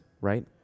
right